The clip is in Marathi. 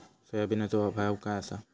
सोयाबीनचो भाव काय आसा?